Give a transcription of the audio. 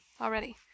Already